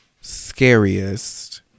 scariest